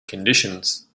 conditions